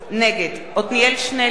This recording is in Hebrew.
נגד עתניאל שנלר,